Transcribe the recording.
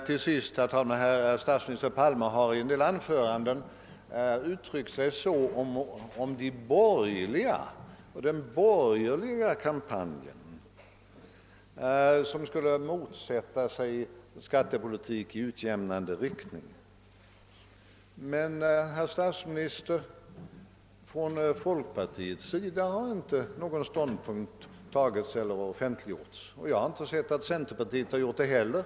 Till sist, herr talman, statsminister Palme har i en del anföranden uttalat att de borgerliga i sin kampanj skulle motsätta sig en skattepolitik i utjämnande riktning. Men, herr statsminister, från folkpartiets sida har vi inte offentliggjort någon ståndpunkt i skattefrågan, och jag har inte sett att centerpartiet har gjort det heller.